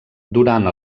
durant